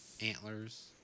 Antlers